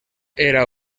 era